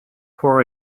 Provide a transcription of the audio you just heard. for